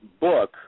book